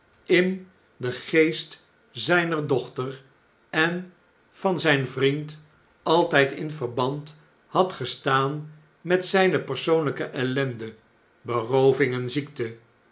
in den geest zjjner dochter en van zjjn vriend altijd in verband had gestaan met zjjne persoonljjke ellende berooving en ziekte